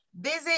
Visit